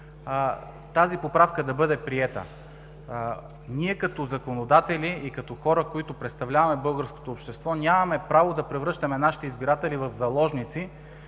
тази поправка да бъде приета. Ние като законодатели и като хора, които представляваме българското общество, нямаме право да превръщаме нашите избиратели в заложници.